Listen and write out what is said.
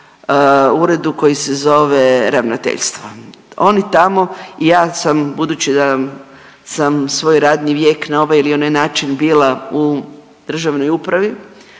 uredu koji se zove ravnateljstvo, oni tamo, ja sam budući da sam svoj radni vijek na ovaj ili onaj način bila u državnoj upravi